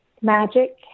magic